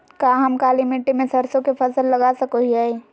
का हम काली मिट्टी में सरसों के फसल लगा सको हीयय?